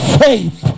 faith